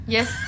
Yes